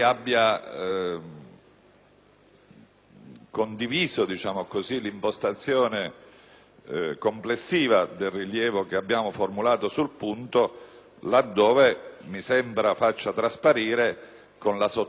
abbia condiviso l'impostazione complessiva del rilievo che abbiamo formulato sul punto, laddove mi sembra faccia trasparire, con la sottolineatura dell'oggi